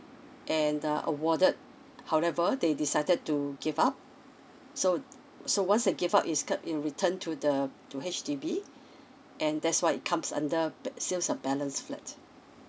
and uh awarded however they decided to give up so so once they give up is kept in return to the to H_D_B and that's why it comes under ba~ sales of balance flat